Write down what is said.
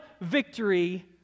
victory